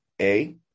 A-